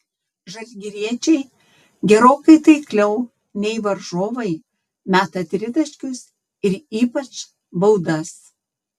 žalgiriečiai gerokai taikliau nei varžovai meta tritaškius ir ypač baudas